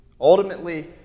Ultimately